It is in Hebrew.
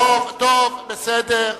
טוב, בסדר.